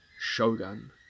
Shogun